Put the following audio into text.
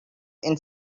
and